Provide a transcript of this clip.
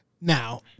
Now